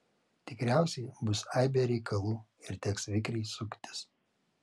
tikriausiai bus aibė reikalų ir teks vikriai suktis